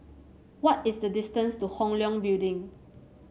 what is the distance to Hong Leong Building